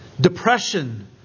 depression